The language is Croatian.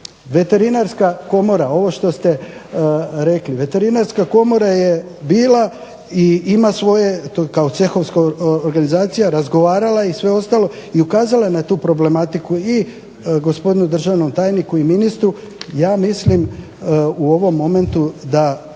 Veterinarska komora je bila i ima svoje kao cehovska organizacija razgovarala i sve ostalo i ukazala na tu problematiku i gospodinu državnom tajniku i ministru. Ja mislim u ovom momentu da